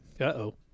uh-oh